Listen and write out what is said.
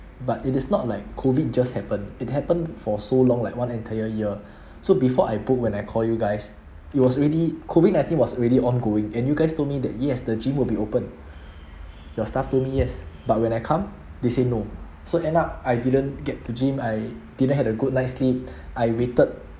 but it is not like COVID just happen it happen for so long like one entire year so before I book when I call you guys it was already COVID nineteen was already ongoing and you guys told me that yes the gym will be open your staff told me yes but when I come they say no so end up I didn't get to gym I didn't had a good night's sleep I waited